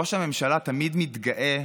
ראש הממשלה תמיד מתגאה